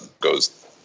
goes